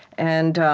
and